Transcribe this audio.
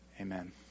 Amen